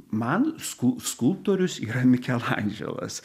man sku skulptorius yra mikelandželas